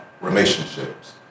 relationships